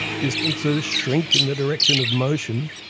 distances shrink in the direction of motion,